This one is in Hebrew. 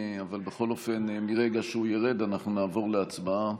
אבל בכל אופן מרגע שהוא ירד אנחנו נעבור להצבעה.